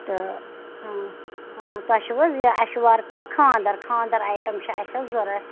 تہٕ تۄہہِ چھُو حظ یہِ اَسہِ چھُ وارٕ کارٕ خانٛدَر خانٛدَر آیٹَم چھِ اَسہِ حظ ضوٚرَتھ